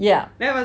yeah